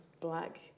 black